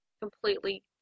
completely